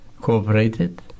cooperated